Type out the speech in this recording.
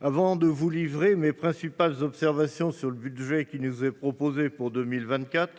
Avant de vous livrer mes principales observations sur le budget qui nous est proposé pour 2024,